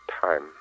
time